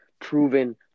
Proven